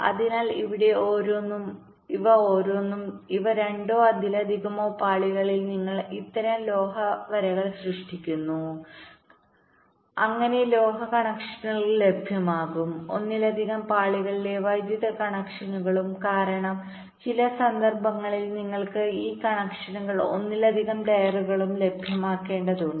അതിനാൽ ഇവിടെ ഓരോന്നും ഇവ ഓരോന്നും ഇവ രണ്ടോ അതിലധികമോ പാളികളിൽ നിങ്ങൾ അത്തരം ലോഹ വരകൾ സൃഷ്ടിക്കുന്നു അങ്ങനെ ലോഹ കണക്ഷനുകൾ ലഭ്യമാകും ഒന്നിലധികം പാളികളിലെ വൈദ്യുതി കണക്ഷനുകളും കാരണം ചില സന്ദർഭങ്ങളിൽ നിങ്ങൾക്ക് ഈ കണക്ഷനുകൾ ഒന്നിലധികം ലെയറുകളിലും ലഭ്യമാക്കേണ്ടതുണ്ട്